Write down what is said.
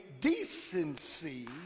decency